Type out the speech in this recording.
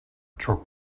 çok